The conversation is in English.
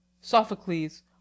Sophocles